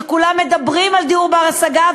כולם מדברים על דיור בר-השגה,